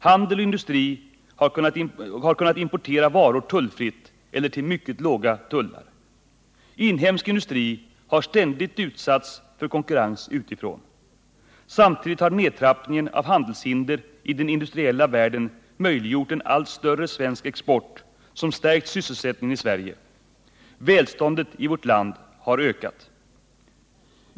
Handel och industri har kunnat importera varor tullfritt eller till mycket låga tullar. Inhemsk industri har ständigt utsatts för konkurrens utifrån. Samtidigt har nedtrappningen av handelshinder i den industriella världen möjliggjort en allt större svensk export som stärkt sysselsättningen i Sverige. Välståndet i vårt land har ökat.